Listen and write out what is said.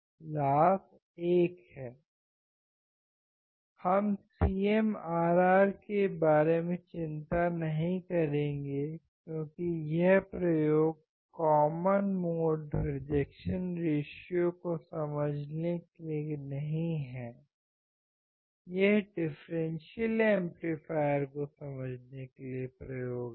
इसलिए लाभ 1 हम CMRR के बारे में चिंता नहीं करेंगे क्योंकि यह प्रयोग कॉमन मोड रिजेक्शन रेशियो को समझने के लिए नहीं है ये डिफ़्रेंसियल एम्पलीफायर को समझने के लिए प्रयोग हैं